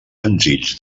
senzills